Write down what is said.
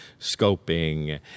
scoping